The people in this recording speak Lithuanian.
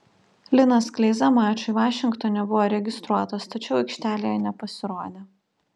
linas kleiza mačui vašingtone buvo registruotas tačiau aikštelėje nepasirodė